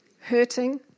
hurting